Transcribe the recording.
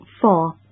Four